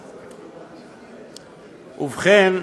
ובכן,